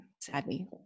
sadly